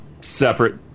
Separate